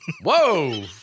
Whoa